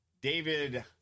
David